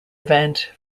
event